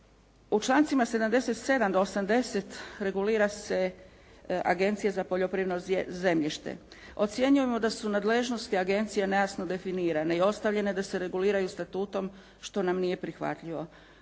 U člancima 77. do 80. regulira se Agencija za poljoprivredno zemljište. Ocjenjujemo da su nadležnosti agencije nejasno definirane i ostavljene da se reguliraju statutom, što nam nije prihvatljivo.